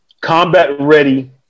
combat-ready